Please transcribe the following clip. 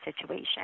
situation